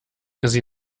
sie